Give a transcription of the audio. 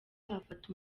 afata